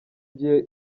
gihe